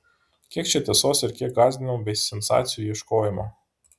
kiek čia tiesos ir kiek gąsdinimų bei sensacijų ieškojimo